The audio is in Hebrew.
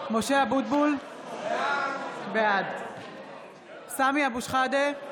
משה אבוטבול, בעד סמי אבו שחאדה,